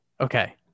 Okay